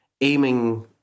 aiming